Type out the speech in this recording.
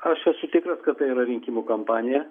aš esu tikras kad tai yra rinkimų kampanija